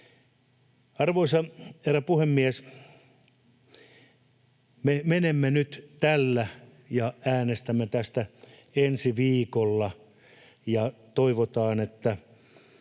Arvoisa herra puhemies! Me menemme nyt tällä ja äänestämme tästä ensi viikolla, ja toivotaan, että